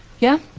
yeah?